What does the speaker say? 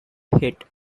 hit